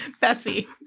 Bessie